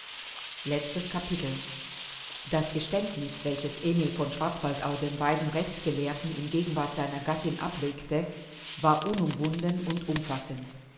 letztes capitel das geständniß welches emil von schwarzwaldau den beiden rechtsgelehrten in gegenwart seiner gattin ablegte war unumwunden und umfassend